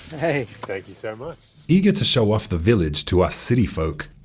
hey! thank you so much eager to show off the village to us city folk,